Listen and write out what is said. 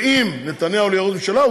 ואם נתניהו לא יהיה ראש ממשלה,